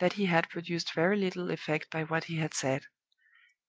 that he had produced very little effect by what he had said